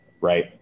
right